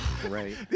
Great